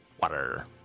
Water